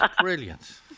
brilliant